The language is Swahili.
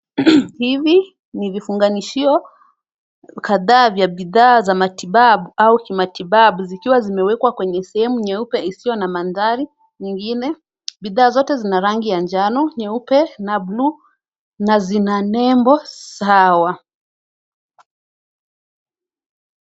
Hivi ni vifunganishio kadhaa vya bidhaa za matibabu, au kimatibabu zikiwa zimewekwa kwenye sehemu nyeupe isiyo na mandhari nyingine. Bidhaa zote zina rangi ya njano, nyeupe na buluu na zina nembo sawa.